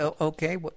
Okay